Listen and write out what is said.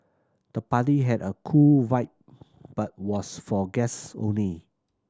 the party had a cool vibe but was for guests only